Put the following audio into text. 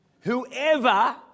whoever